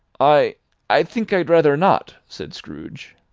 i i think i'd rather not, said scrooge.